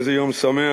איזה יום שמח,